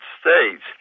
States